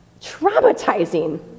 Traumatizing